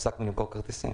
הפסקנו למכור כרטיסים.